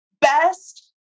best